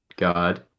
God